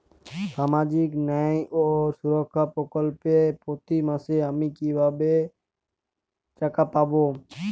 সামাজিক ন্যায় ও সুরক্ষা প্রকল্পে প্রতি মাসে আমি কিভাবে টাকা পাবো?